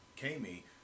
Kami